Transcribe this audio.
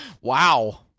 Wow